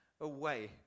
away